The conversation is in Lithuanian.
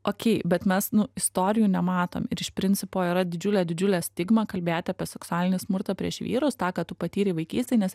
okei bet mes nu istorijų nematom ir iš principo yra didžiulė didžiulė stigma kalbėti apie seksualinį smurtą prieš vyrus tą ką tu patyrei vaikystėj nes